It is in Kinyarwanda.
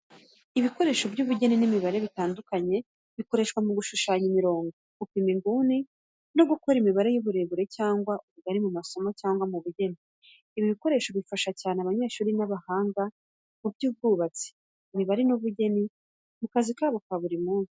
Ibikoresho by’ubugeni n’imibare bitandukanye, bikoreshwa mu gushushanya imirongo, gupima inguni no gukora imibare y’uburebure cyangwa ubugari mu masomo cyangwa mu bugeni. Ibi bikoresho bifasha cyane abanyeshuri n’abahanga mu by’ubwubatsi, imibare n’ubugeni mu kazi kabo ka buri munsi.